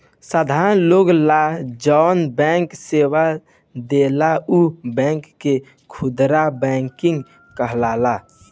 साधारण लोग ला जौन बैंक सेवा देला उ बैंक के खुदरा बैंकिंग कहाला